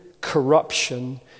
corruption